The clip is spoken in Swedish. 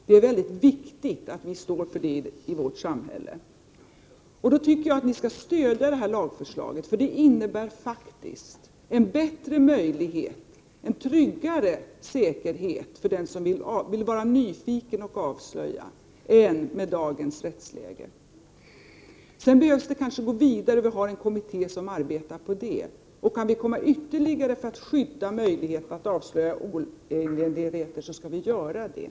Det är väldigt viktigt att vi står för det i vårt samhälle, och då tycker jag att ni skall stödja det här lagförslaget, för det innebär faktiskt en bättre möjlighet, en tryggare säkerhet, för den som vill vara nyfiken och avslöja än med dagens rättsläge. Sedan behövs det kanske att man går vidare, och vi har en kommitté som arbetar på det. Kan vi komma längre för att skydda möjligheten att avslöja oegentligheter, skall vi göra det.